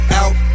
out